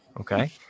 Okay